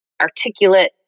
articulate